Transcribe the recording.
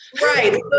Right